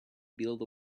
build